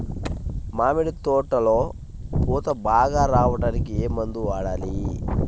మామిడి తోటలో పూత బాగా రావడానికి ఏ మందు వాడాలి?